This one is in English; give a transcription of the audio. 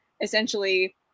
essentially